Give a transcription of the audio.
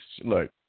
look